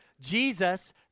Jesus